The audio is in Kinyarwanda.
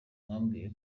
wambwiye